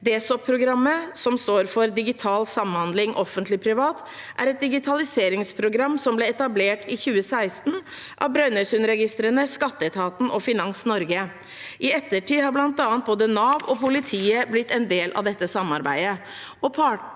DSOP-programmet, som står for Digital Samhandling Offentlig Privat, er et digitaliseringsprogram som ble etablert i 2016 av Brønnøysundregistrene, skatteetaten og Finans Norge. I ettertid har bl.a. både Nav og politiet blitt en del av dette samarbeidet,